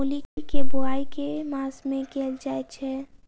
मूली केँ बोआई केँ मास मे कैल जाएँ छैय?